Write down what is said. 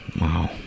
Wow